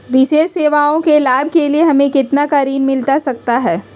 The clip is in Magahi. विशेष सेवाओं के लाभ के लिए हमें कितना का ऋण मिलता सकता है?